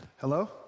Hello